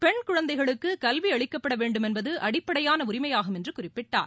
பெண் குழந்தைகளுக்கு கல்வி அளிக்கப்பட வேண்டும் என்பது அடிப்படையான உரிமையாகும் என்று குறிப்பிட்டார்